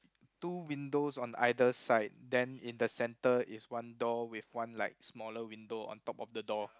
two windows on either side then in the center is one door with one like smaller window on top of the door